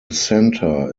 centre